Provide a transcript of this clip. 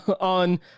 on